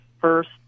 first